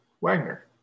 Wagner